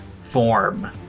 form